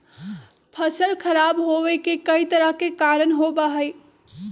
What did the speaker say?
फसल खराब होवे के कई तरह के कारण होबा हई